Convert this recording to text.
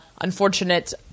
unfortunate